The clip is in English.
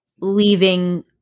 leaving